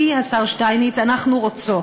כי, השר שטייניץ, אנחנו רוצות,